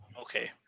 Okay